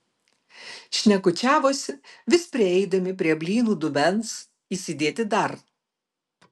šnekučiavosi vis prieidami prie blynų dubens įsidėti dar